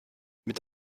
mit